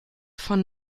von